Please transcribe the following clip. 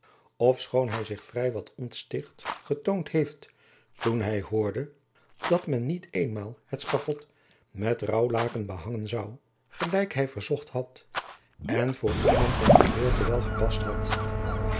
ofschoon hy zich vrij wat ontsticht getoond heeft toen hy hoorde dat men niet eenmaal het schavot met rouwlaken behangen zoû gelijk hy verzocht had en voor iemand van geboorte wel gepast had